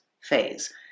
phase